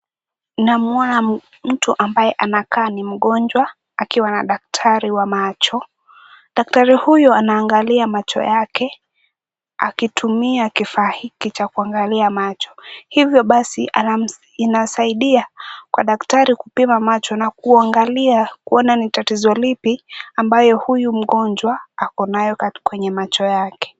Namwona mtu ambaye anakaa ni mgonjwa akiwa na daktari wa macho. Daktari huyu anaangalia macho yake akitumia kifaa hiki cha kuangalia macho. Hivyo basi, inasaidia kwa daktari kupima macho na kuangalia kuona ni tatizo lipi ambayo huyu mgonjwa ako nayo kwenye macho yake.